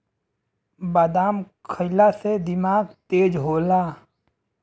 बादाम खइला से दिमाग तेज होला